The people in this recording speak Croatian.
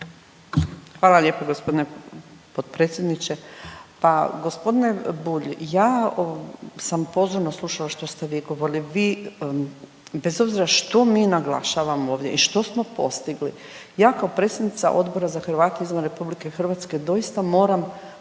Hvala lijepo g. potpredsjedniče. Pa g. Bulj, ja sam pozorno slušala što ste vi govorili, vi bez obzira što mi naglašavamo ovdje i što smo postigli. Ja kao predsjednica Odbora za Hrvate izvan RH doista moram,